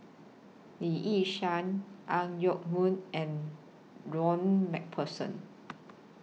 Lee Yi Shyan Ang Yoke Mooi and Ronald MacPherson